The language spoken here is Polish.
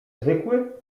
zwykły